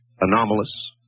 Anomalous